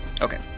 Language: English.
Okay